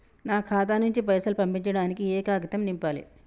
నా ఖాతా నుంచి పైసలు పంపించడానికి ఏ కాగితం నింపాలే?